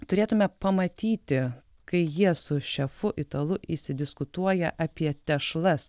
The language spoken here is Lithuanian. turėtume pamatyti kai jie su šefu italu įsidiskutuoja apie tešlas